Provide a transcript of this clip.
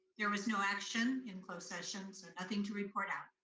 there was no action in closed session, so nothing to report out.